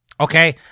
Okay